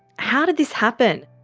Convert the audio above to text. how did this happen?